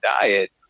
diet